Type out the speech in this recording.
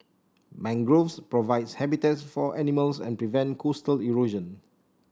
mangroves provide habitats for animals and prevent coastal erosion